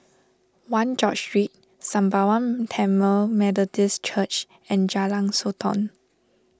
one George Street Sembawang Tamil Methodist Church and Jalan Sotong